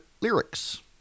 lyrics